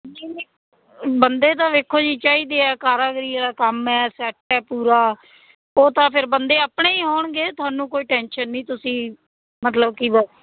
ਨਹੀਂ ਨਹੀਂ ਬੰਦੇ ਤਾਂ ਵੇਖੋ ਜੀ ਚਾਹੀਦੇ ਆ ਕਾਰੀਗਰੀ ਵਾਲਾ ਕੰਮ ਹੈ ਸੈਟ ਹੈ ਪੂਰਾ ਉਹ ਤਾਂ ਫਿਰ ਬੰਦੇ ਆਪਣੇ ਹੀ ਹੋਣਗੇ ਤੁਹਾਨੂੰ ਕੋਈ ਟੈਂਸ਼ਨ ਨਹੀਂ ਤੁਸੀਂ ਮਤਲਬ ਕੀ ਵਾ